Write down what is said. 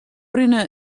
rinne